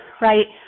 right